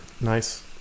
Nice